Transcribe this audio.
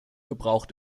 gebraucht